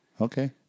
Okay